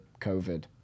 COVID